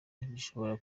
bishobora